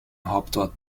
hauptort